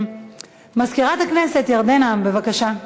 מזכירת הכנסת, בבקשה.